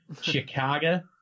Chicago